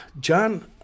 John